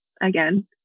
Again